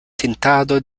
tintado